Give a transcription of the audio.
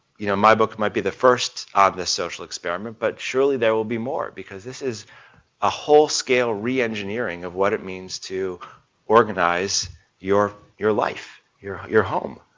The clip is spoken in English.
you know, my book might be the first of this social experiment but surely there will be more, because this is a whole scale re-engineering of what it means to organize your life your life, your your home,